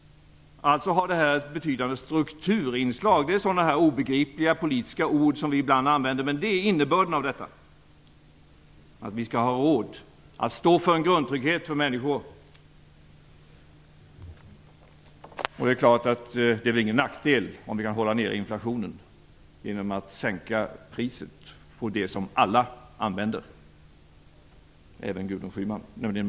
Det här har alltså ett betydande strukturinslag. Det är sådana obegripliga politiska ord som vi ibland använder, men innebörden av detta är att vi skall ha råd att stå för en grundtrygghet för människor. Det är klart att det är väl ingen nackdel om vi kan hålla nere inflationen genom att sänka priset på det som alla behöver, även